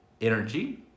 energy